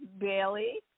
Bailey